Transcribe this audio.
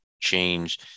change